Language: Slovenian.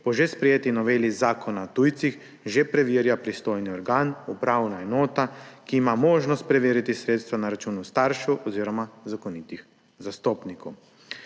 po že sprejeti noveli Zakona o tujcih že preverja pristojni organ – upravna enota, ki ima možnost preveriti sredstva na računu staršev oziroma zakonitih zastopnikov.